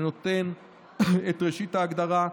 ואני נותן את ראשית ההגדרה: